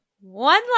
One